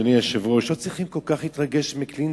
לא צריכים כל כך להתרגש מקלינטון,